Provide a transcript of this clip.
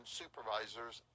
supervisors